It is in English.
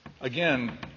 Again